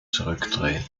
zurückdrehen